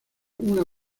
una